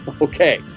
okay